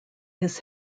his